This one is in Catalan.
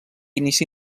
inici